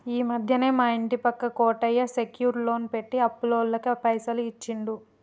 ఈ మధ్యనే మా ఇంటి పక్క కోటయ్య సెక్యూర్ లోన్ పెట్టి అప్పులోళ్లకు పైసలు ఇచ్చిండు